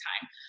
time